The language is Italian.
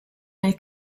nel